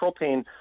propane